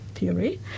Theory